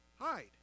Hide